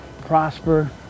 prosper